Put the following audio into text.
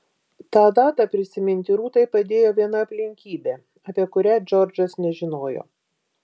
tą datą prisiminti rūtai padėjo viena aplinkybė apie kurią džordžas nežinojo